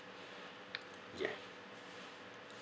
ya